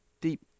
Deep